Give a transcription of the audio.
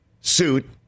suit